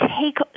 take